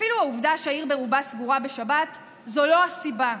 אפילו העובדה שהעיר רובה סגורה בשבת זו לא הסיבה.